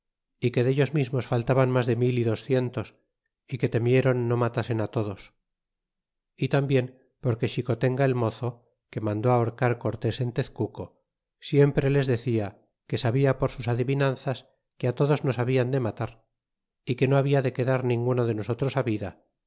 e que dellos mismos faltaban mas de mil y docientos y que temieron no matasen torlos y lambien porque xicotenga el mozo que mandó ahorcar cortés en tezcuco siempre les decia que sabia por sus adivinanzas que todos nos hablan de matar é que no habla de quedar ninguno de nosotros vida